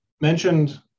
mentioned